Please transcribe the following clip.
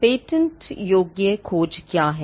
patent योग्य खोज क्या है